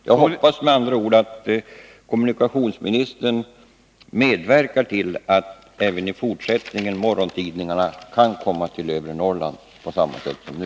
Jag hoppas med andra ord att kommunikationsministern medverkar till att morgontidningarna kan komma till övre Norrland i fortsättningen på samma tid som nu.